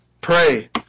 pray